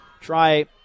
try